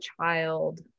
child